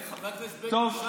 חבר הכנסת בגין,